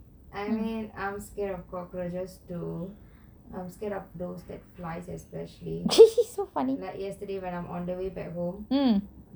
I mean I'm scared of cockroaches too I'm scared of those that fly especially like yesterday when I'm on the way back home